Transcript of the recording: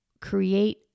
create